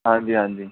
ਹਾਂਜੀ ਹਾਂਜੀ